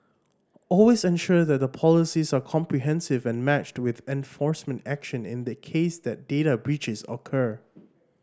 always ensure that the policies are comprehensive and matched with enforcement action in the case that data breaches occur